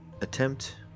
attempt